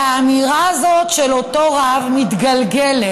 האמירה הזאת של אותו רב מתגלגלת,